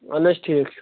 اَہن حظ ٹھیٖک چھُ